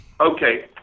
Okay